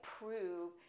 prove